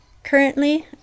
Currently